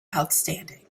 outstanding